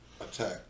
attack